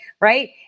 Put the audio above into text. right